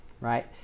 right